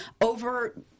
over